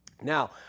Now